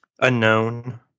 unknown